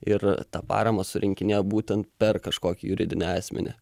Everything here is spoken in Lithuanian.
ir tą paramą surinkinėja būtent per kažkokį juridinį asmenį